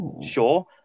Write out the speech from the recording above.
sure